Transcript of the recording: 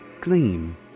gleam